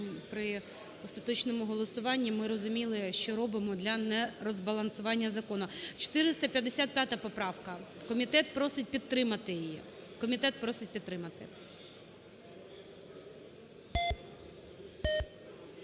при остаточному голосуванні ми розуміли, що робимо для нерозбалансування закону. 455 поправка. Комітет просить підтримати її.